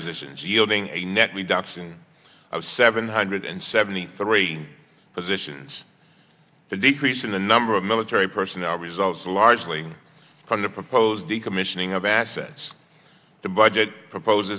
positions g l d a net reduction of seven hundred seventy three positions the decrease in the number of military personnel results largely from the proposed decommissioning of assets the budget propose